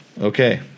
okay